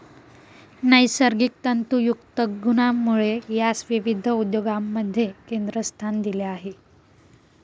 नैसर्गिक तंतुयुक्त गुणांमुळे यास विविध उद्योगांमध्ये केंद्रस्थान दिले आहे